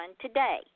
today